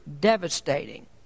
devastating